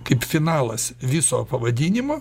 kaip finalas viso pavadinimo